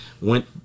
went